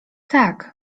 tak